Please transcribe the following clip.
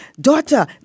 daughter